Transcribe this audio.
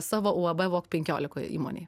savo uab walk penkiolikoje įmonėj